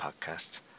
podcast